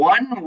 One